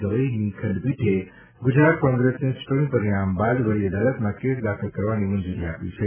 ગવઇની ખંડપીઠે ગુજરાત કોંગ્રેસને ચ્રંટણી પરિણામ બાદ વડી અદાલતમાં કેસ દાખલ કરવાની મંજુરી આપી છે